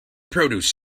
produce